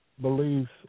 beliefs